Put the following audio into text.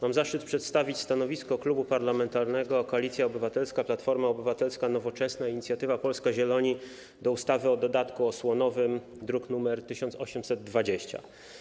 Mam zaszczyt przedstawić stanowisko Klubu Parlamentarnego Koalicja Obywatelska - Platforma Obywatelska, Nowoczesna, Inicjatywa Polska, Zieloni do ustawy o dodatku osłonowym, druk nr 1820.